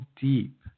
deep